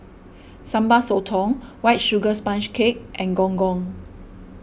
Sambal Sotong White Sugar Sponge Cake and Gong Gong